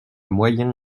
moyen